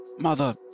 Mother